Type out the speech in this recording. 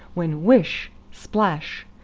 when whish! splash!